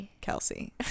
Kelsey